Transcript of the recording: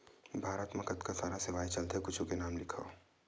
भारत मा कतका सारा सेवाएं चलथे कुछु के नाम लिखव?